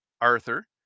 Arthur